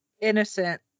innocent